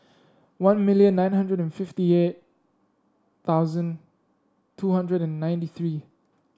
one million nine hundred and fifty eight thousand two hundred and ninety three